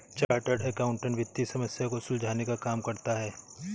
chartered accountant वित्तीय समस्या को सुलझाने का काम करता है